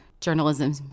journalism